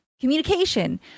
communication